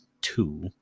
two